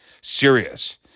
Serious